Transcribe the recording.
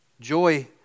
joy